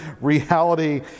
reality